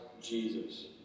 Jesus